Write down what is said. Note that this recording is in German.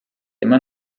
immer